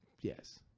Yes